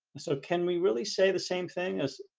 so can we really say the same thing as?